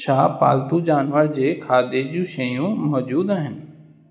छा पालतू जानवर जे खाधे जूं शयूं मौजूदु आहिनि